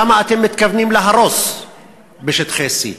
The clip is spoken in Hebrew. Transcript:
כמה אתם מתכוונים להרוס בשטחי C?